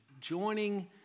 joining